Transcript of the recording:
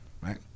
right